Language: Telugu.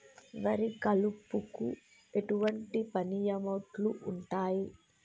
వరి కలుపుకు ఎటువంటి పనిముట్లు ఉంటాయి?